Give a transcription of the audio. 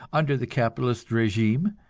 under the capitalist regime,